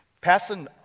passing